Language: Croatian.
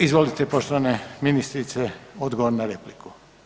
Izvolite, poštovana ministre, odgovor na repliku.